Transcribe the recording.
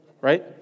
right